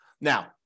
Now